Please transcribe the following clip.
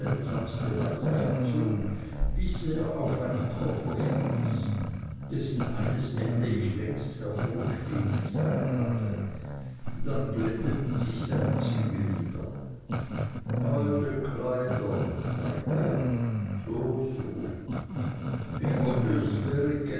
weise verzog bis er auf einen koffer stieß dessen eines ende ich längst hervorstehen sehen hatte dann glätteten sich seine züge wieder alte kleider sagte er so so ich wollte es wäre